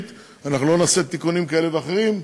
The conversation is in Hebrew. אנחנו לא נעשה תיקונים כאלה ואחרים.